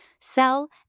sell